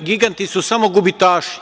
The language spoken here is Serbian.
giganti su samo gubitaši.